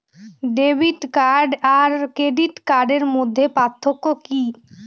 Debit card আর credit কার্ডের মধ্যে পার্থক্য কি?